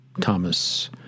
Thomas